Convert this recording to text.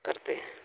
करते हैं